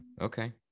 Okay